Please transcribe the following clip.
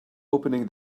opening